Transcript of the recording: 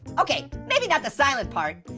okay, maybe not the silent part.